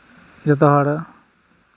ᱡᱚᱛᱚ ᱦᱚᱲ